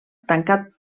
tancat